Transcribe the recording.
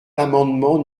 l’amendement